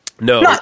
No